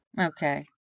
Okay